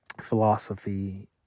philosophy